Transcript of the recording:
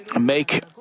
make